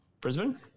Brisbane